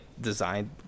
designed